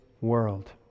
world